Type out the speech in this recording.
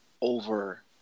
over